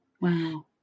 Wow